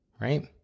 right